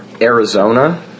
Arizona